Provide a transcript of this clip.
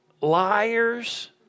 Liars